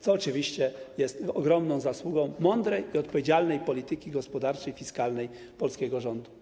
Co oczywiście jest ogromną zasługą mądrej i odpowiedzialnej polityki gospodarczej i fiskalnej polskiego rządu.